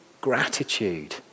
gratitude